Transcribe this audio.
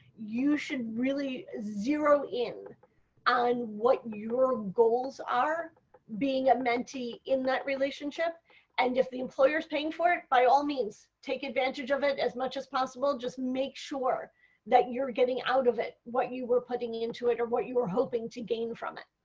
you should really zero in on what your goals are being a mentee in that relationship and if the employer is paying for it, by all means, take advantage of it as much as possible. just make sure that you are getting out of it what you are putting into it or what you are hoping to gain from it.